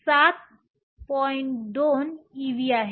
2 ev आहे